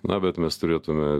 na bet mes turėtume